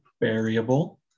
variable